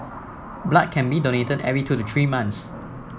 blood can be donated every two the three months